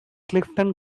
clifton